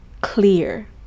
clear